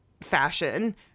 fashion